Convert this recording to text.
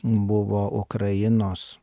buvo ukrainos